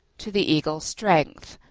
to the eagle strength,